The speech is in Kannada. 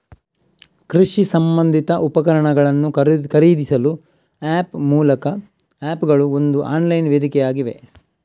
ಕೃಷಿ ಸಂಬಂಧಿತ ಉಪಕರಣಗಳನ್ನು ಖರೀದಿಸಲು ಆಪ್ ಗಳು ಒಂದು ಆನ್ಲೈನ್ ವೇದಿಕೆಯಾಗಿವೆ